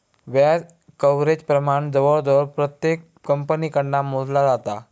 व्याज कव्हरेज प्रमाण जवळजवळ प्रत्येक कंपनीकडना मोजला जाता